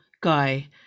guy